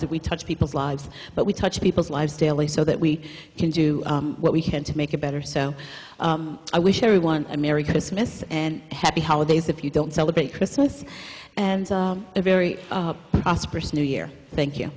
that we touch people's lives but we touch people's lives daily so that we can do what we can to make it better so i wish everyone a merry christmas and happy holidays if you don't celebrate christmas and a very prosperous new year thank you